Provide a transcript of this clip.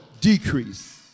decrease